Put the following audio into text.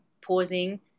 pausing